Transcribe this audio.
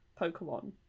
Pokemon